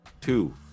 two